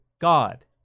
god